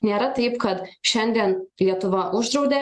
nėra taip kad šiandien lietuva uždraudė